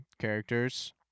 characters